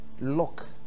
lock